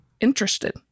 interested